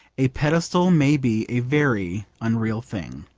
a pedestal may be a very unreal thing.